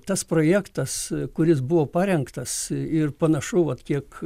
tas projektas kuris buvo parengtas ir panašu vat kiek